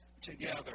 together